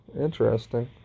Interesting